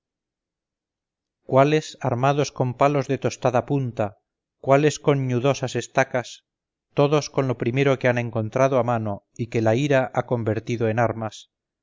selvas cuáles armados con palos de tostada punta cuáles con ñudosas estacas todos con lo primero que han encontrado a mano y que la ira ha convertido en armas